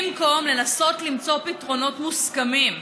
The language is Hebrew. במקום לנסות למצוא פתרונות מוסכמים.